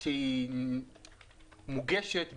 ושהיא מוגשת